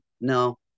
no